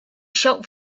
shop